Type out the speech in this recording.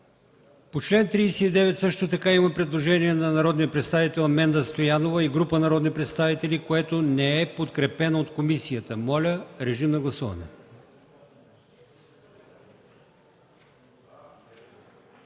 По чл. 39 има и предложение на народния представител Менда Стоянова и група народни представители, което не е подкрепено от комисията. Моля, режим на гласуване.